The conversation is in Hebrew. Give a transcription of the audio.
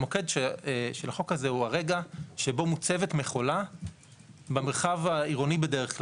המוקד של החוק הזה הוא הרגע שבו מוצבת מכולה במרחב העירוני בדרך כלל.